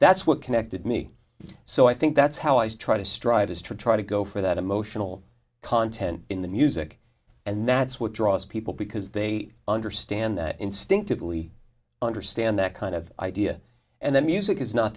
that's what connected me so i think that's how i try to strive is to try to go for that emotional content in the music and that's what draws people because they understand that instinctively understand that kind of idea and the music is not